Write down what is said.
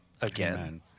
again